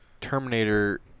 Terminator